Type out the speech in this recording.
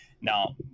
Now